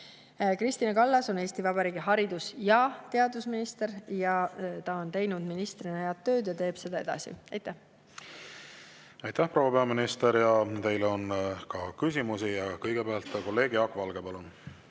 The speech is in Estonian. Kristina Kallas on Eesti Vabariigi haridus- ja teadusminister, ta on teinud ministrina head tööd ja teeb seda edasi. Aitäh, proua peaminister! Teile on ka küsimusi. Kõigepealt kolleeg Jaak Valge, palun!